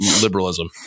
liberalism